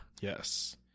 yes